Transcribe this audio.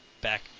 back